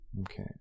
Okay